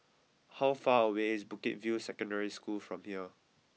how far away is Bukit View Secondary School from here